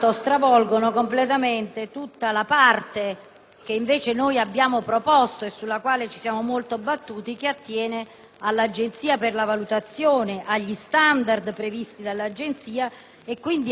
che invece noi abbiamo proposto e sulla quale ci siamo molto battuti, che attiene all'Agenzia per la valutazione, agli standard previsti dall'Agenzia e quindi al sistema di terzietà e di qualità